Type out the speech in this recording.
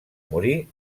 morir